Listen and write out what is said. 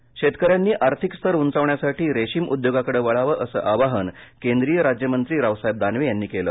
दानवे शेतकऱ्यांनी आर्थिक स्तर उंचावण्यासाठी रेशीम उद्योगाकडं वळावं असं आवाहन केंद्रीय राज्यमंत्री रावसाहेब दानवे यांनी केलं